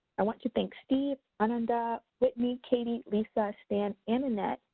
i want to thank steve, ananda, whitney, katie, lisa, stan, and annette,